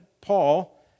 Paul